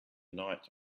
night